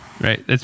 Right